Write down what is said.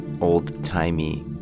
old-timey